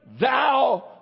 thou